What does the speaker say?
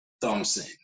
Thompson